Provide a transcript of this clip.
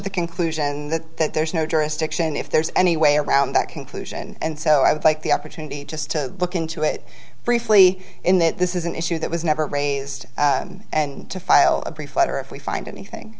the conclusion that there is no jurisdiction if there's any way around that conclusion and so i would like the opportunity just to look into it briefly in that this is an issue that was never raised and to file a brief letter if we find anything